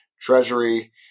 Treasury